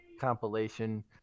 compilation